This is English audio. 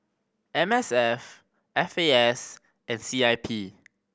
M S F F A S and C I P